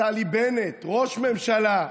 נפתלי בנט, ראש ממשלה,